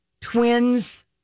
twins